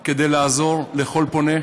כדי לעזור לכל פונה,